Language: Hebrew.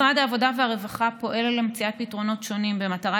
משרד העבודה והרווחה פועל למציאת פתרונות שונים במטרה